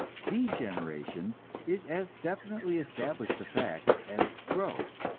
degeneration is as definitely established a fact as growth,